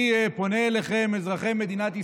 אני פונה אליכם, אזרחי מדינת ישראל,